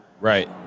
right